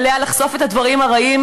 עליה לחשוף את הדברים הרעים,